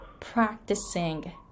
practicing